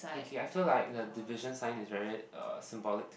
okay I feel like the division signs is very uh symbolic to